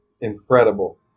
incredible